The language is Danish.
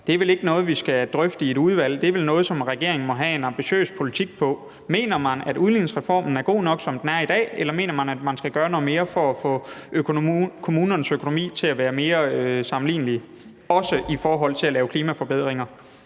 Det er vel ikke noget, vi skal drøfte i et udvalg. Det er vel noget, som regeringen må have en ambitiøs politik for. Mener man, at udligningsreformen er god nok, som den er i dag, eller mener man, at man skal gøre noget mere for at få kommunernes økonomier til at være mere sammenlignelige, også i forhold til at lave klimaforbedringer?